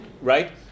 right